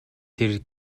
тэр